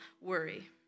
worry